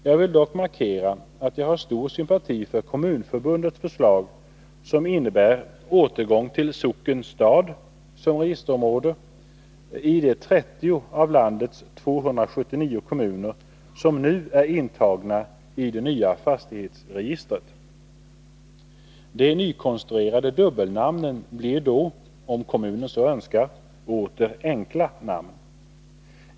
Jag vill dock markera att jag har stor sympati för Kommunförbundets förslag, som innebär återgång till socken/stad som registerområde i de 30 av landets 279 kommuner som nu är intagna i det nya fastighetsregistret. De nykonstruerade dubbelnamnen blir då, om kommunen så önskar, åter enkla namn.